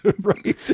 Right